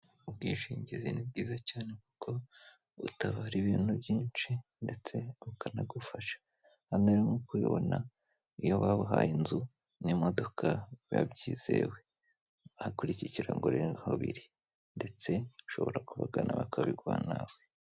Ubwishingizi ni bwiza cyane kuko butabara ibintu byinshi ndetse bukanagufasha. Hano reronk'uko ubibona iyo wabahaye nzu n'imodoka biba byizewe, aha kuri ikikirango niho biba biri ndetse ushobora kubagana bakabiguha nawe.